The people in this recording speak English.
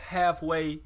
halfway